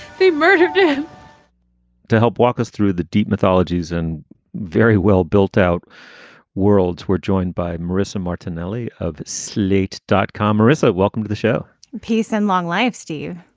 they murdered him to help walk us through the deep mythologies and very well built out worlds. we're joined by marissa martinelli of slate dot com marissa. welcome to the show peace and long life. steve,